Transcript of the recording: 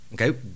Okay